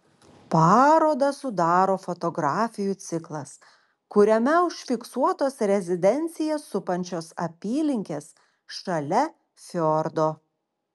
parodą sudaro fotografijų ciklas kuriame užfiksuotos rezidenciją supančios apylinkės šalia fjordo